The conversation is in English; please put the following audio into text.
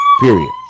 period